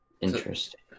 interesting